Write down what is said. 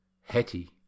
hetty